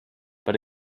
but